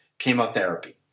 Chemotherapy